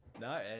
no